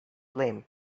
lame